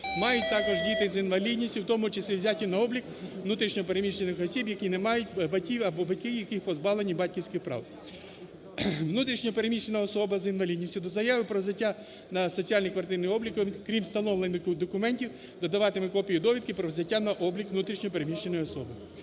мають також діти з інвалідністю, в тому числі взяті на облік внутрішньо переміщених осіб, які не мають батьків або батьки яких позбавлені батьківських прав. Внутрішньо переміщена особа з інвалідністю до заяви про взяття на соціальний квартирний облік, крім встановлених документів, додаватиме копію довідки про взяття на облік внутрішньо переміщеної особи.